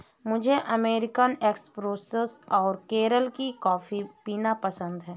मुझे American espresso और केरल की कॉफी पीना पसंद है